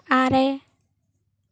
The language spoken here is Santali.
ᱟᱨᱮ